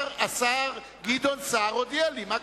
השר גדעון סער הודיע לי, מה קרה?